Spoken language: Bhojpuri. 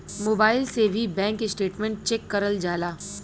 मोबाईल से भी बैंक स्टेटमेंट चेक करल जाला